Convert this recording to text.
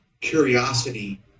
curiosity